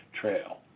trail